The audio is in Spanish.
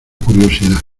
curiosidad